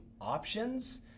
options